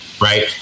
right